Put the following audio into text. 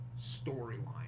storyline